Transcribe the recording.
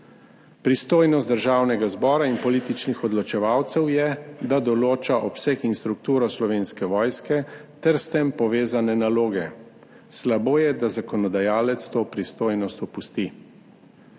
Pristojnost Državnega zbora in političnih odločevalcev je, da določajo obseg in strukturo Slovenske vojske ter s tem povezane naloge. Slabo je, da zakonodajalec to pristojnost opusti.